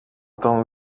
τον